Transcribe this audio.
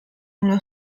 una